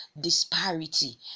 disparity